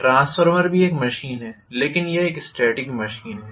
transformer भी एक machine है लेकिन यह एक स्टेटिक मशीन है